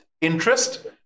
interest